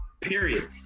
Period